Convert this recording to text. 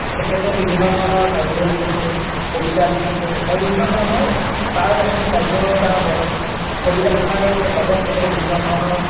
তেখেতে বিভিন্ন ধৰণৰ কাব্য লিখিছে কবিতা লিখিছে আৰু বিভিন্ন ধৰণৰ তাৰ বাবে সেই কাব্য বা কবিতা লিখাৰ বাবদ তেখেতে বিভিন্ন ধৰণৰ